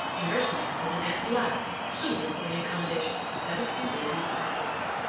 a nurse maid with an ample lap suitable for the accommodation of seventeen babies at once.